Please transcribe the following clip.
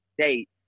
state